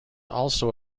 also